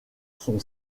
son